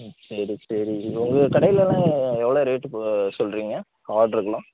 சரி சரி உங்கள் கடையிலெலாம் எவ்வளோ ரேட்டு இப்போ சொல்றீங்க ஆர்டருக்கெலாம்